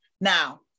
Now